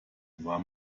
war